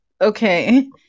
okay